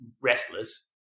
wrestlers